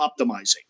optimizing